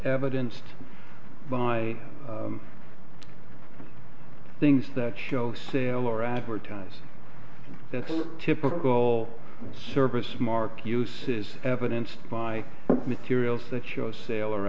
evidence to buy things that show sale or advertise that the typical service mark uses evidence by materials that show sale or